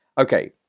Okay